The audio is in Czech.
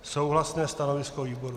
Souhlasné stanovisko výboru.